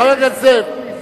חבר הכנסת זאב,